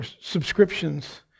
subscriptions